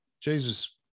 Jesus